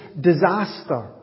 disaster